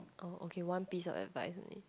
oh okay one piece of advice only